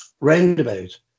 roundabout